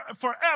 forever